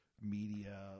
media